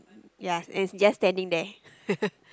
ya and he's just standing there